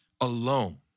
alone